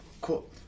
Cool